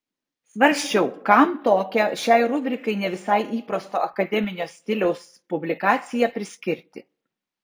svarsčiau kam tokią šiai rubrikai ne visai įprasto akademinio stiliaus publikaciją priskirti